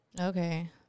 okay